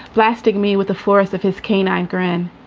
blasting me with the force of his canine grin.